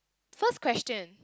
first question